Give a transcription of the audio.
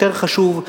יותר חשוב,